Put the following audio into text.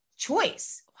choice